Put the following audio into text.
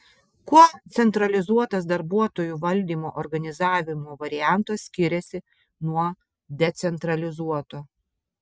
kuo centralizuotas darbuotojų valdymo organizavimo variantas skiriasi nuo decentralizuoto